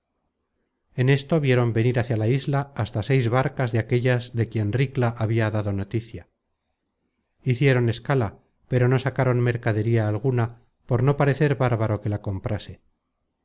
en esto vieron venir hacia la isla hasta seis barcas de aquellas de quien ricla habia dado noticia hicieron escala pero no sacaron mercadería alguna por no parecer bárbaro que la comprase